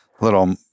little